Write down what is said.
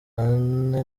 bane